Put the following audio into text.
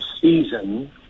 season